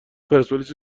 پرسپولیس